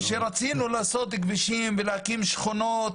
ושרצינו לעשות כבישים ולהקים שכונות,